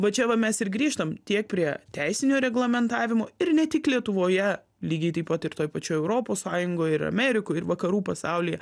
va čia va mes ir grįžtam tiek prie teisinio reglamentavimo ir ne tik lietuvoje lygiai taip pat ir toj pačioj europos sąjungoj ir amerikoj ir vakarų pasaulyje